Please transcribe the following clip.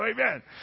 Amen